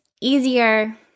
easier